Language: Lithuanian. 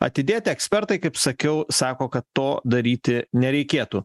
atidėti ekspertai kaip sakiau sako kad to daryti nereikėtų